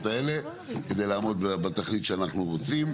האלה כדי לעמוד בתכלית שאנחנו רוצים.